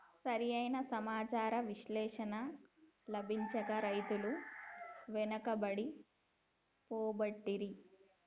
సరి అయిన సమాచార విశ్లేషణ లభించక రైతులు వెనుకబడి పోబట్టిరి